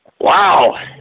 Wow